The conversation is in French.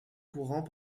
courant